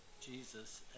Jesus